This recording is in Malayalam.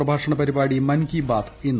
പ്രഭാഷണ പരിപാടി മൻ കി ബാത് ഇന്ന്